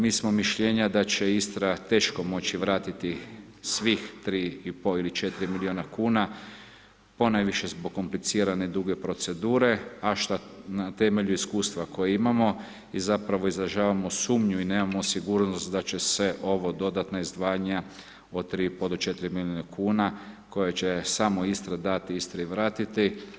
Mi smo mišljenja da će Istra teško moći vratiti svih 3,5 ili 4 milijuna kuna, ponajviše zbog komplicirane i druge procedure, a što na temelju iskustva koje imamo i zapravo izražavamo sumnju i nemamo sigurnost da će se ova dodatna izdvajanja od 3,5 do 4 milijuna kuna koje će samo Istra dati, Istri i vratiti.